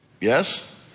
Yes